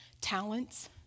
talents